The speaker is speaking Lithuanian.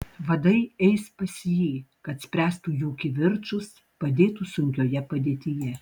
vadai eis pas jį kad spręstų jų kivirčus padėtų sunkioje padėtyje